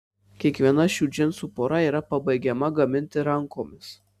kiekviena šių džinsų pora yra pabaigiama gaminti rankomis